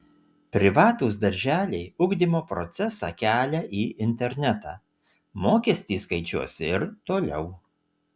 privatūs darželiai ugdymo procesą kelia į internetą mokestį skaičiuos ir toliau